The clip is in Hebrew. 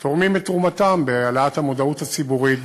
תורמים את תרומתם להעלאת המודעות הציבורית,